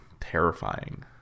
terrifying